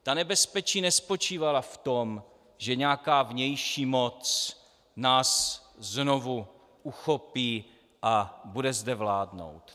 Ta nebezpečí nespočívala v tom, že nějaká vnější moc nás znovu uchopí a bude zde vládnout.